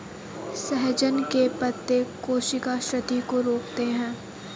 सहजन के पत्ते कोशिका क्षति को रोकते हैं